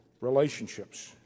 relationships